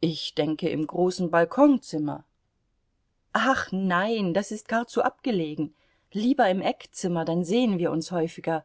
ich denke im großen balkonzimmer ach nein das ist gar zu abgelegen lieber im eckzimmer dann sehen wir uns häufiger